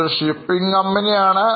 ഇതൊരു shipping company ആണ്